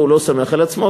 והוא לא סומך על עצמו,